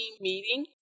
meeting